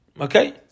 Okay